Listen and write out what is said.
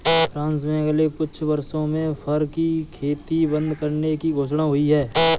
France में अगले कुछ वर्षों में फर की खेती बंद करने की घोषणा हुई है